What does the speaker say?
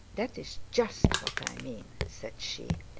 that is just what i mean, said she.